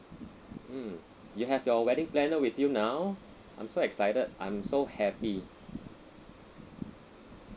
mm you have your wedding planner with you now I'm so excited I'm so happy